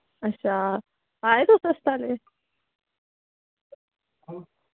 अच्छा आए तुस अस्पतालै